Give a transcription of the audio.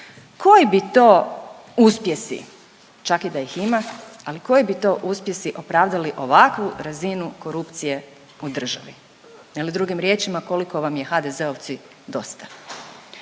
koji bi to uspjesi čak i da ih ima, ali koji bi to uspjesi opravdali ovakvu razinu korupcije u državi ili drugim riječima koliko vam je HDZ-ovci dosta?